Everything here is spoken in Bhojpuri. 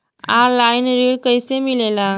ऑनलाइन ऋण कैसे मिले ला?